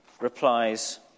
replies